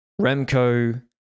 Remco